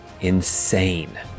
insane